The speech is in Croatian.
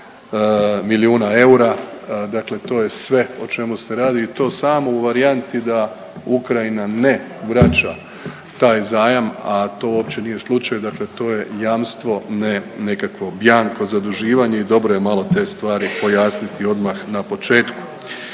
14 milijuna eura, dakle to je sve o čemu se radi i to samo u varijanti da Ukrajina ne vraća taj zajam, a to uopće nije slučaj, dakle to je jamstvo, ne nekakvo bjanko zaduživanje i dobro je malo te stvari pojasniti odmah na početku.